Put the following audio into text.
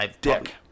Dick